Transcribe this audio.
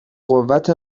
قوت